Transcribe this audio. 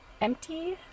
empty